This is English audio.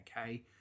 Okay